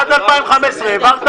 עד 2015 העברת?